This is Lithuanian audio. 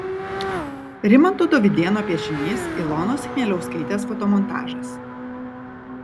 rimanto dovydėno piešinys ilonos chmieliauskaitės fotomontažas